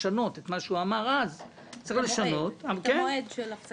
--- את המועד של הפסקת הפעילות.